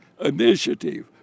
initiative